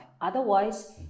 Otherwise